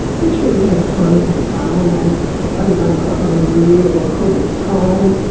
which when you had a tiny little farm and only one crop in a year and plenty of time,